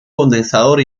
condensador